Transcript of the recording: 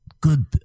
good